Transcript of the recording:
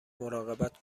مراقبت